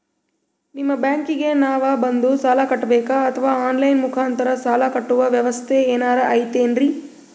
ನಿಮ್ಮ ಬ್ಯಾಂಕಿಗೆ ನಾವ ಬಂದು ಸಾಲ ಕಟ್ಟಬೇಕಾ ಅಥವಾ ಆನ್ ಲೈನ್ ಮುಖಾಂತರ ಸಾಲ ಕಟ್ಟುವ ವ್ಯೆವಸ್ಥೆ ಏನಾರ ಐತೇನ್ರಿ?